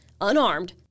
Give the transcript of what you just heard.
unarmed